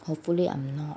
hopefully ah